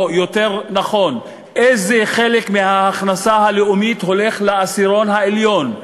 או יותר נכון איזה חלק מההכנסה הלאומית הולך לעשירון העליון,